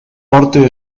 porte